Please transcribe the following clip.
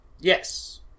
Yes